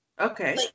Okay